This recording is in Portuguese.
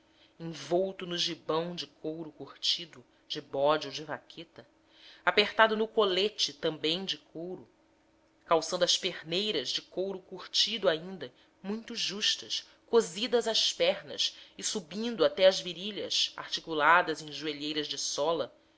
envolto no gibão de couro curtido de bode ou de vaqueta apertado no colete também de couro calçando as perneiras de couro curtido ainda muito justas cosidas às pernas e subindo até as virilhas articuladas em joelheiras de sola